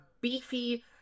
beefy